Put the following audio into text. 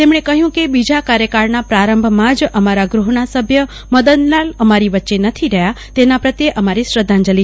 તેમણે કહ્યું કે બીજા કાર્યકાળના પ્રારંભમાં જ અમારા ગૃહના સભ્ય મદનલાલ અમારી વચ્ચે નથી રહ્યા તેમના પ્રત્યે મારી શ્રદ્ધાંજલિ